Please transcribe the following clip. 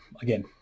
again